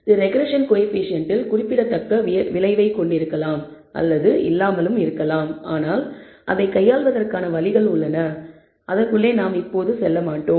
இது ரெக்ரெஸ்ஸன் கோயபிசியன்ட்டில் குறிப்பிடத்தக்க விளைவைக் கொண்டிருக்கலாம் அல்லது இல்லாமல் இருக்கலாம் ஆனால் அதைக் கையாள்வதற்கான வழிகள் உள்ளன அதற்குள்ளே நாம் செல்ல மாட்டோம்